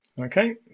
Okay